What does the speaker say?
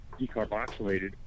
decarboxylated